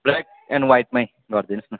black and वाइटमै गरिदिनुहोस् न